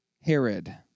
Herod